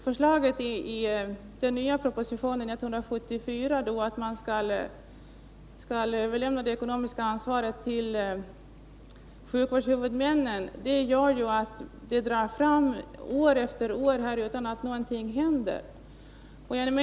Förslaget i den nya propositionen 174 om att överflytta det ekonomiska ansvaret till sjukvårdshuvudmännen innebär att det går år efter år utan att någonting händer.